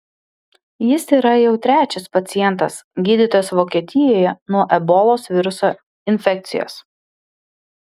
jis yra jau trečias pacientas gydytas vokietijoje nuo ebolos viruso infekcijos